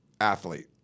athlete